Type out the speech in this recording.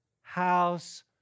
house